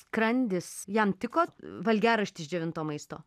skrandis jam tiko valgiaraštis džiovinto maisto